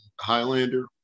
Highlander